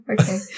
okay